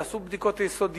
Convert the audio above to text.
יעשו בדיקות יסודיות,